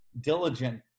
diligent